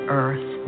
earth